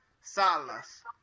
Salas